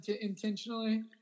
intentionally